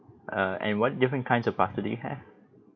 uh and what different kinds of pasta do you have